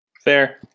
Fair